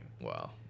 Wow